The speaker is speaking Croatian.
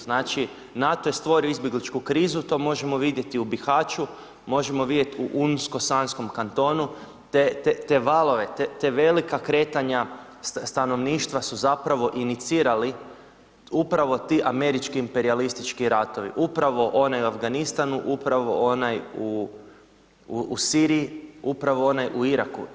Znači NATO je stvorio izbjegličku krizu to možemo vidjeti u Bihaću, možemo vidjet u Unsko-sanskom kantonu te, te valove, te velika kretanja stanovništva su zapravo inicirali upravo ti američki imperijalistički ratovi, upravo onaj u Afganistanu, upravo onaj u Siriji, upravo onaj u Iraku.